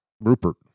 Rupert